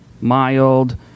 mild